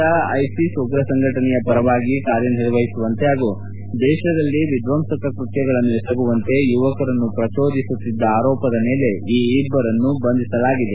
ನಿಷೇಧಿತ ಐಸಿಸ್ ಉಗ್ರ ಸಂಘಟನೆಯ ಪರವಾಗಿ ಕಾರ್ಯ ನಿರ್ವಹಿಸುವಂತೆ ಪಾಗೂ ದೇಶದಲ್ಲಿ ವಿದ್ದಂಸಕ ಕೃತ್ಯಗಳನ್ನು ಎಸಗುವಂತೆ ಯುವಕರನ್ನು ಪ್ರಜೋದಿಸುತ್ತಿದ್ದ ಆರೋಪದ ಮೇಲೆ ಈ ಇಬ್ಬರನ್ನು ಬಂಧಿಸಲಾಗಿದೆ